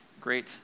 Great